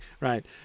right